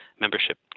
membership